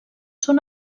són